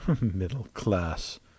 Middle-class